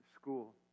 School